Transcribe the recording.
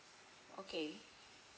okay